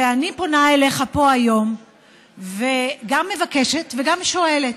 ואני פונה אליך פה היום וגם מבקשת וגם שואלת.